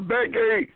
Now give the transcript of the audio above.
Becky